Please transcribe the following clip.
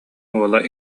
уола